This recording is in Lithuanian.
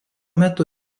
metu